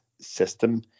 system